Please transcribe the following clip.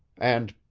and